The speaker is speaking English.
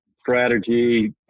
strategy